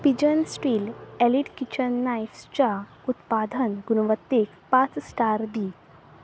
pigeon steel elite kitchen नायफ्सच्या उत्पादन गुणवत्तेक पांच स्टार दी